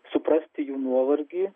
suprasti jų nuovargį